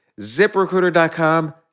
ZipRecruiter.com